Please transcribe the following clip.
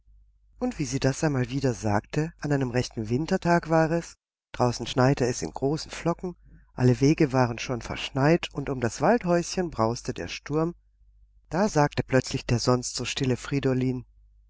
und wie sie das einmal wieder sagte an einem rechten wintertag war es draußen schneite es in großen flocken alle wege waren schon verschneit und um das waldhäuschen brauste der sturm da sagte plötzlich der sonst so stille friedolin